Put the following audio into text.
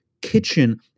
kitchen